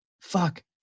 Fuck